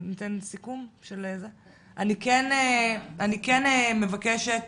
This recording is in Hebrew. אני כן מבקשת